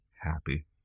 happy